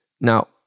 Now